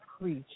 preach